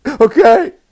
Okay